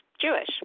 Jewish